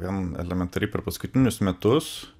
gan elementariai per paskutinius metus